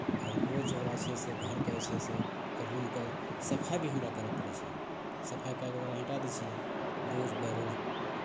आओर रोज ओकरा जे छै से घरके जे छै से ओकर रूमके सफाइ भी हमरा करय पड़ै छै सफाइ करि कऽ ओकरा हटा दै छियै रोज बाइ रोज